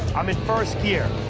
i'm in first gear.